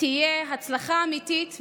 תהיה הצלחה אמיתית,